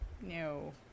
No